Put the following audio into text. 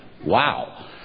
Wow